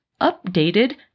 updated